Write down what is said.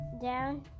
down